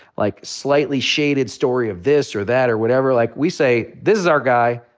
like, slightly shaded story of this, or that, or whatever, like, we say, this is our guy.